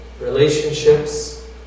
relationships